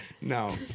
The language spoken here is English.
No